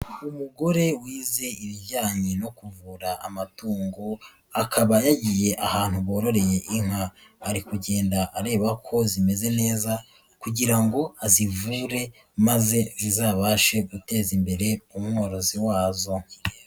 Umugore wize ibijyanye no kuvura amatungo akaba yagiye ahantu bororeye inka ari kugenda areba ko zimeze neza kugira ngo azivure maze zizabashe guteza imbere umworozi wazo.